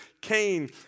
Cain